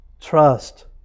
Trust